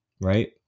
right